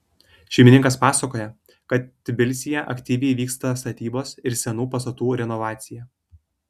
šeimininkas pasakoja kad tbilisyje aktyviai vyksta statybos ir senų pastatų renovacija